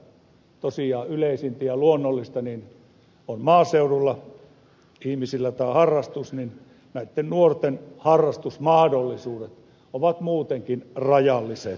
myös on muistettava että tosiaan tämä harrastus on maaseudulla ihmisillä yksi yleisimpiä ja se on luonnollista ja näitten nuorten harrastusmahdollisuudet ovat muutenkin rajalliset näillä alueilla